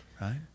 Right